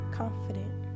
confident